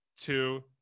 two